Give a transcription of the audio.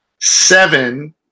seven